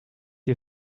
you